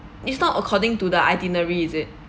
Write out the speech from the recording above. it's not according to the itinerary is it